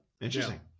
interesting